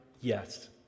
Yes